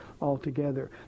altogether